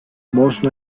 bosna